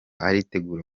aritegura